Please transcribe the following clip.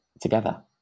together